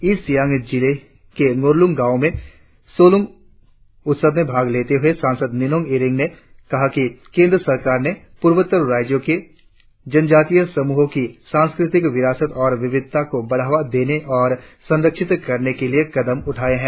east Siang जिले के न्गोरलोंग गांव में सलोंग उत्सव में भाग लेते हुए सांसद निनाँन्ग एरिंग ने कहा कि केंद्र सरकार ने पूर्वोत्तर राज्यो के जनजातीय समूहों की सांस्कृतिक विरासत और विविधता को बढ़ावा देने और संरक्षित करने के लिए कदम उठाए है